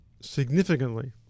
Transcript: significantly